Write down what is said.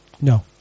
No